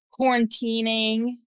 quarantining